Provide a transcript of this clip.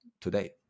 today